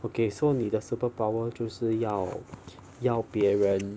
okay so 你的 superpower 就是要要别人